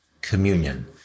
communion